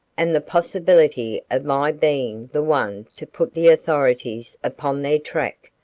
and the possibility of my being the one to put the authorities upon their track,